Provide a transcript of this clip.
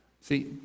See